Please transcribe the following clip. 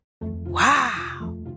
Wow